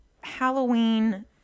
Halloween